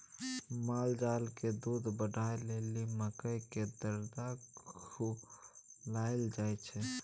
मालजालकेँ दूध बढ़ाबय लेल मकइ केर दर्रा खुआएल जाय छै